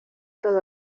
todo